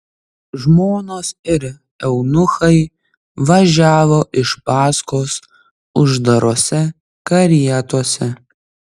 žmonos ir eunuchai važiavo iš paskos uždarose karietose